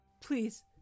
Please